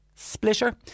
Splitter